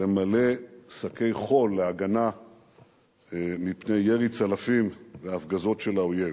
למלא שקי חול להגנה מפני ירי צלפים והפגזות של האויב.